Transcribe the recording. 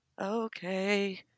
Okay